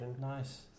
Nice